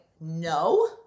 no